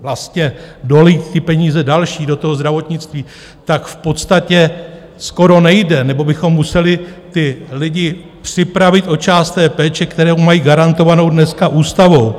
vlastně dolít ty peníze další do toho zdravotnictví, tak v podstatě skoro nejde, nebo bychom museli ty lidi připravit o část té péče, kterou mají garantovanou dneska ústavou.